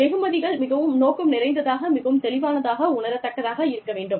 வெகுமதிகள் மிகவும் நோக்கம் நிறைந்ததாக மிகவும் தெளிவானதாக உணரத்தக்கதாக இருக்க வேண்டும்